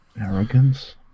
Arrogance